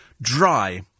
Dry